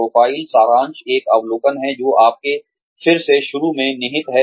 profile सारांश एक अवलोकन है जो आपके फिर से शुरू में निहित है